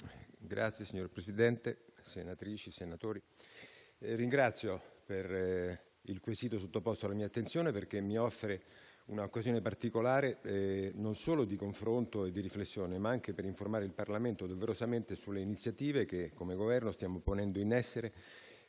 giovani*. Signor Presidente, onorevoli senatori, ringrazio per il quesito sottoposto alla mia attenzione, perché mi offre una occasione particolare non solo di confronto e di riflessione, ma anche per informare il Parlamento, doverosamente, sulle iniziative che, come Governo, stiamo ponendo in essere,